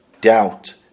doubt